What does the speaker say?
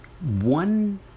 One